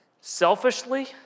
selfishly